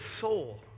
soul